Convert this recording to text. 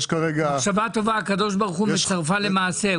מחשבה טובה, הקדוש ברוך הוא, מצרפה למעשה.